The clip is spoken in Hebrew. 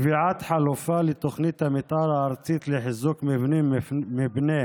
קביעת חלופה לתוכנית המתאר הארצית לחיזוק מבנים מפני